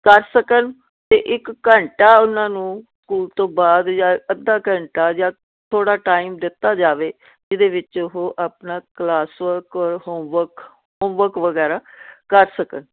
ਕਰ ਸਕਣ ਅਤੇ ਇੱਕ ਘੰਟਾ ਉਹਨਾਂ ਨੂੰ ਸਕੂਲ ਤੋਂ ਬਾਅਦ ਜਾਂ ਅੱਧਾ ਘੰਟਾ ਜਾਂ ਥੋੜ੍ਹਾ ਟਾਈਮ ਦਿੱਤਾ ਜਾਵੇ ਜਿਹਦੇ ਵਿੱਚ ਉਹ ਆਪਣਾ ਕਲਾਸ ਵਰਕ ਔਰ ਹੋਮਵਰਕ ਹੋਮਵਰਕ ਵਗੈਰਾ ਕਰ ਸਕਣ